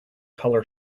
color